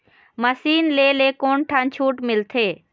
Machine ले ले कोन ठन छूट मिलथे?